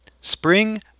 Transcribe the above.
Spring